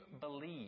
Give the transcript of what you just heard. believe